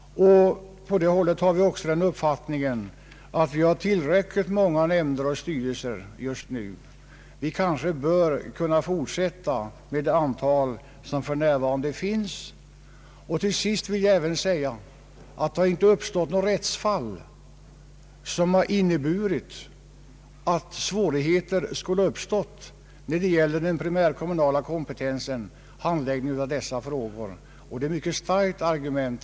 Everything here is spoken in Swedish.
Vi anser också att det ute i kommunerna nu finns tillräckligt många nämnder och styrelser. Vi bör kanske kunna fortsätta med det antal som för närvarande finns. Till sist vill jag även säga att det hittills inte uppstått något rättsfall som inneburit svårigheter när det gäller den primärkommunala kompetensen och handläggningen av dessa frågor. Detta är, herr Bengtson, ett mycket starkt argument.